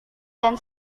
dan